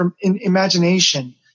imagination